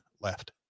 left